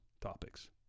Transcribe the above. topics